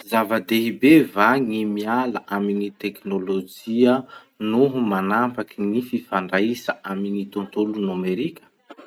Zava-dehibe va ny miala amin'ny teknolojia noho manapaky gny fifandraisa amin'ny tontolo nomerika?